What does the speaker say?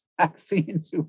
vaccines